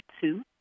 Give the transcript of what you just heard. two